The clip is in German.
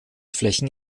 flächen